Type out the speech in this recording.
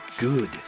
good